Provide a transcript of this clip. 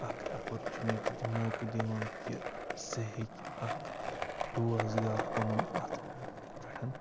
اَکھ اٮ۪پورچُنِٹی تہِ موقہٕ دِوان کہِ صحیح کہِ اَکھ روزگار پَنُن اَتھ پٮ۪ٹھ